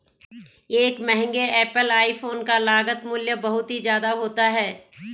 एक महंगे Apple iPhone का लागत मूल्य बहुत ही ज्यादा होता है